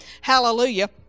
Hallelujah